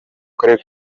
karere